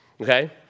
Okay